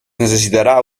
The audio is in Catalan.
necessitarà